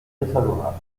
défavorable